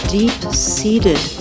deep-seated